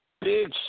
Big